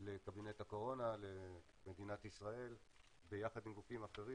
לקבינט הקורונה למדינת ישראל ביחד עם גופים אחרים,